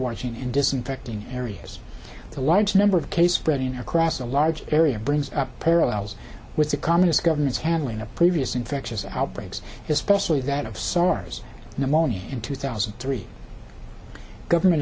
washing and disinfecting areas the large number of cases reading across a large area brings up parallels with the communist government's handling of previous infectious outbreaks especially that of sars pneumonia in two thousand and three government